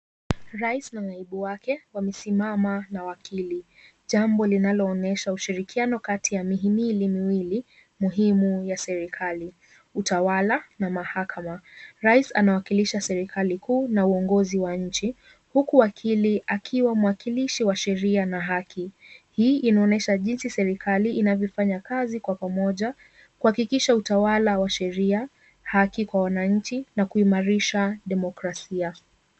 Raisi na naibu wake wamesimama na wakili jambo linaonyesha ushirikiano Kati mihimili miwili muhimu ya serikali , utawala na mahakama , raisi anawakilisha serikali kuu na uongozi wa nchi huku wakili akiwa mwakilishi wa sheria na haki hii inaonyesha jinsi serikali inavyofanya kazi Kwa pamoja kuhakikisha utawala wa sheria haki Kwa wananchi na kuimarisha demokrasia .